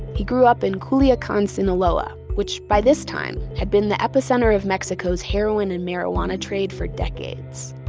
he grew up in culiacan, sinaloa, which by this time had been the epicenter of mexico's heroin and marijuana trade for decades.